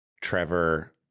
Trevor